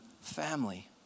family